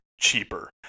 cheaper